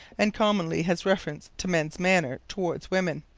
and commonly has reference to men's manner toward women.